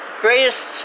greatest